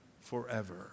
forever